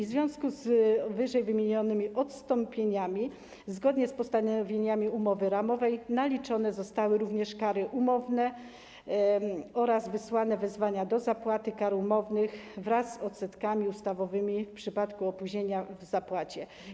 W związku z ww. odstąpieniami, zgodnie z postanowieniami umowy ramowej, naliczone zostały również kary umowne oraz wysłane wezwania do zapłaty kar umownych wraz z odsetkami ustawowymi w przypadku opóźnienia w zapłacie.